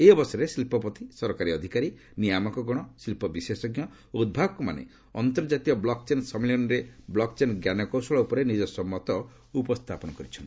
ଏହି ଅବସରରେ ଶିଳ୍ପପତି ସରକାରୀ ଅଧିକାରୀ ନିୟାମକଗଣ ଶିଳ୍ପ ବିଶେଷଜ୍ଞ ଓ ଉଦ୍ଭାବକମାନେ ଅନ୍ତର୍ଜାତୀୟ ବ୍ଲକ୍ଚେନ୍ ସମ୍ମିଳନୀରେ ବ୍ଲକ୍ଚେନ୍ କୌଶଳ ଉପରେ ନିଜସ୍ୱ ମତ ଉପସ୍ଥାପନ କରିଛନ୍ତି